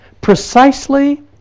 precisely